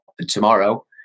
tomorrow